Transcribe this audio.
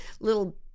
little